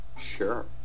Sure